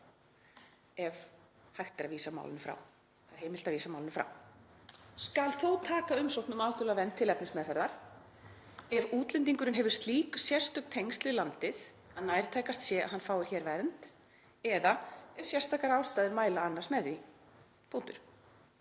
ef hægt er að vísa málinu frá, það er heimilt að vísa málinu frá — „skal þó taka umsókn um alþjóðlega vernd til efnismeðferðar ef útlendingurinn hefur slík sérstök tengsl við landið að nærtækast sé að hann fái hér vernd eða ef sérstakar ástæður mæla annars með því.“